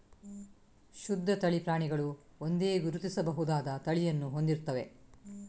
ಶುದ್ಧ ತಳಿ ಪ್ರಾಣಿಗಳು ಒಂದೇ, ಗುರುತಿಸಬಹುದಾದ ತಳಿಯನ್ನು ಹೊಂದಿರುತ್ತವೆ